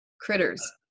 critters